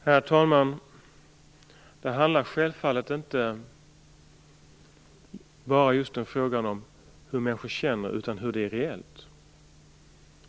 Herr talman! Det handlar självfallet inte bara om hur människor känner utan om hur det är reellt.